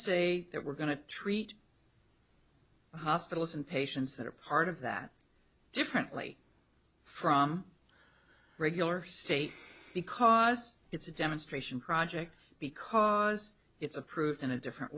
say that we're going to treat hospitals and patients that are part of that differently from regular state because it's a demonstration project because it's approved in a different